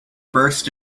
burst